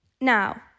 Now